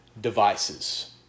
devices